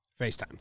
FaceTime